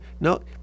No